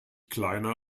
kleiner